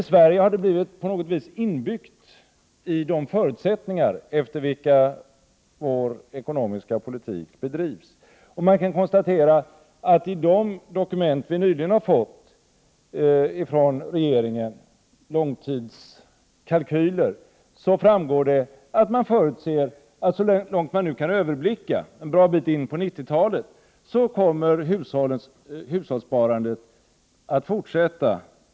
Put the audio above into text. I Sverige har det negativa sparandet på något sätt blivit inbyggt i de förutsättningar efter vilka vår ekonomiska politik bedrivs. Man kan konstatera att det framgår av de dokument som vi nyligen har fått från regeringen, långtidskalkyler, att hushållssparandet kommer att vara negativt under så lång tid man kan överblicka, dvs. en bit in på 1990-talet.